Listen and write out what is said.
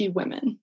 women